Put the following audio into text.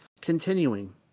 Continuing